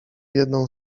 jedną